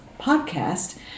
podcast